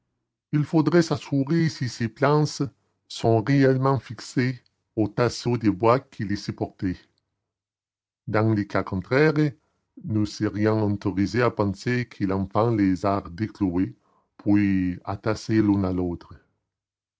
il faudrait s'assurer si ces planches sont réellement fixées aux tasseaux de bois qui les supportent dans le cas contraire nous serions autorisés à penser que l'enfant les a déclouées puis attachées l'une à l'autre